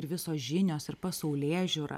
ir visos žinios ir pasaulėžiūra